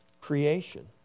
creation